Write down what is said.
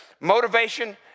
Motivation